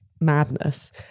madness